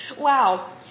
Wow